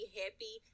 happy